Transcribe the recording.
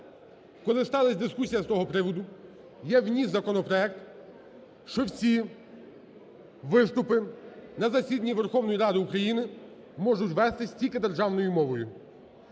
коли сталась дискусія з того приводу, я вніс законопроект, що всі виступи на засіданні Верховної Ради України можуть вестись тільки державною мовою.